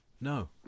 No